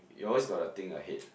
you always gotta think ahead